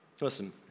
Listen